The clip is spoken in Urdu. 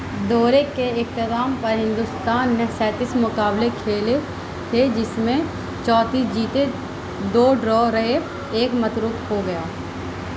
دورے کے اختتام پر ہندوستان نے سینتس مقابلے کھیلے تھے جس میں چونتیس جیتے دو ڈرا رہے ایک متروک ہو گیا